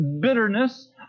bitterness